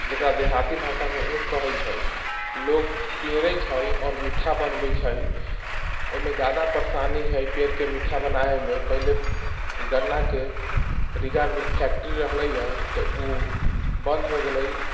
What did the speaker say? जकरा देहाती भाषामे उख कहै छै लोग पेरै छै आओर मीठ्ठा बनबै छै ओइमे जादा परेशानी हय पेरके मीठ्ठा बनाबेमे पहिले गन्नाके रीगा मील फैक्टरी रहलैए तऽ उ बन्द हो गेलै